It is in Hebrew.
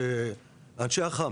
אנשי אח"מ,